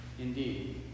Indeed